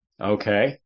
Okay